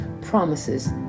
promises